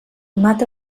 mata